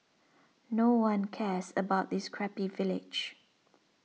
no one cares about this crappy village